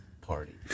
party